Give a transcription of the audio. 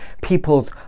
people's